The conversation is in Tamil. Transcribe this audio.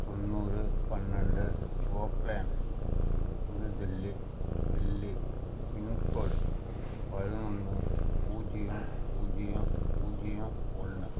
தொண்ணூறு பன்னெண்டு ஓக் லேன் புது தில்லி தில்லி பின்கோடு பதினொன்று பூஜ்ஜியம் பூஜ்ஜியம் பூஜ்ஜியம் ஒன்று